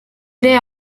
crea